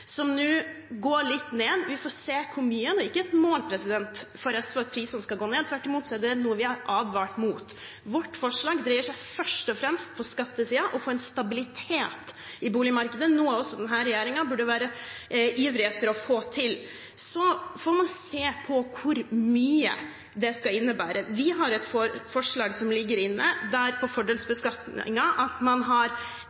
som nå går litt ned. Vi får se hvor mye, det er ikke et mål for SV at prisene skal gå ned. Tvert imot er det noe vi har advart mot. Vårt forslag på skattesiden dreier seg først og fremst om å få stabilitet i boligmarkedet, noe også denne regjeringen burde være ivrig etter å få til. Så får man se på hvor mye det skal innebære. Vi har et forslag til fordelsbeskatning om en beregning av 3 promille av boligens markedsverdi, over et bunnfradrag på